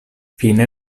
fine